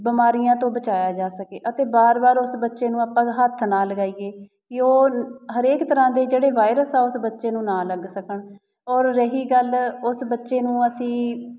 ਬਿਮਾਰੀਆਂ ਤੋਂ ਬਚਾਇਆ ਜਾ ਸਕੇ ਅਤੇ ਵਾਰ ਵਾਰ ਉਸ ਬੱਚੇ ਨੂੰ ਆਪਾਂ ਹੱਥ ਨਾ ਲਗਾਈਏ ਕਿ ਉਹ ਹਰੇਕ ਤਰ੍ਹਾਂ ਦੇ ਜਿਹੜੇ ਵਾਇਰਸ ਆ ਉਸ ਬੱਚੇ ਨੂੰ ਨਾ ਲੱਗ ਸਕਣ ਔਰ ਰਹੀ ਗੱਲ ਉਸ ਬੱਚੇ ਨੂੰ ਅਸੀਂ